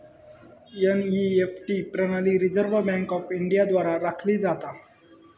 NEFT प्रणाली Reserve Bank of India द्वारा राखली जाता